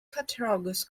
cattaraugus